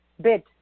bit